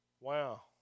wow